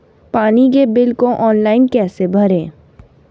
पानी के बिल को ऑनलाइन कैसे भरें?